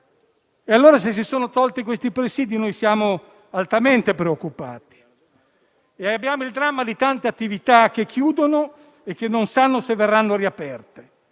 allora, si sono tolti questi presidi siamo altamente preoccupati. Abbiamo il dramma di tante attività che chiudono e che non sanno se verranno riaperte.